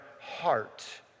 heart